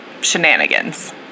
shenanigans